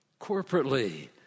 corporately